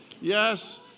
Yes